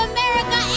America